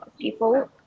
people